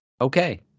Okay